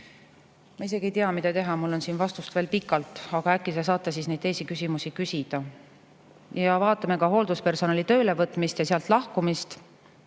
Ma isegi ei tea, mida teha, mul on siin vastust veel pikalt. Aga äkki te saate neid teisi küsimusi siis küsida. Me vaatame ka hoolduspersonali töölevõtmist ja sealt lahkumist,